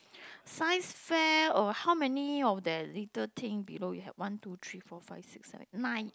science fair orh how many of that little thing below you have one two three four five six seven nine